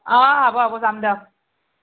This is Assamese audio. অঁ হ'ব হ'ব যাম দিয়ক